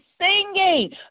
singing